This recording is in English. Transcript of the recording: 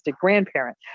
grandparent